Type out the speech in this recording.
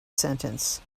sentence